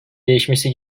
değişmesi